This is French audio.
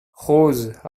rose